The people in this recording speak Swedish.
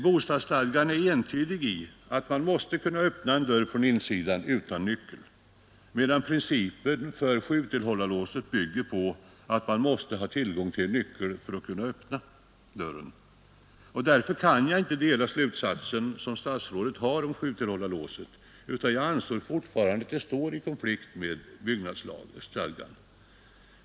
Byggnadsstadgan är entydig i bestämmelsen, att man måste kunna öppna en dörr från insidan utan nyckel, medan principen för sjutillhållarlåset bygger på att man måste ha tillgång till nyckel för att kunna öppna dörren. Därför kan jag inte dela statsrådets slutsats om sjutillhållarlåset, utan jag anser fortfarande att detta står i konflikt med byggnadsstadgan.